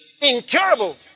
incurable